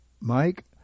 Mike